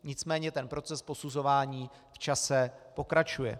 Nicméně ten proces posuzování v čase pokračuje.